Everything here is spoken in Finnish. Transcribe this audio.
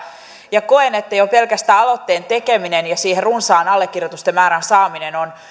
ja koen että jo pelkästään aloitteen tekeminen ja runsaan allekirjoitusten määrän saaminen siihen